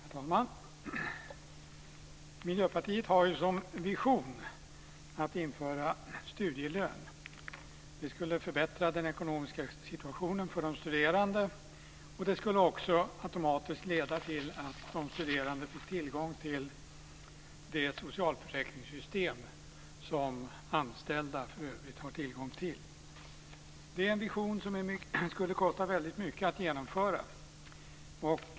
Herr talman! Miljöpartiet har som vision att införa studielön. Det skulle förbättra den ekonomiska situationen för de studerande. Det skulle också automatiskt leda till att de studerande fick tillgång till det socialförsäkringssystem som anställda i övrigt har tillgång till. Det är en vision som det skulle kosta väldigt mycket att genomföra.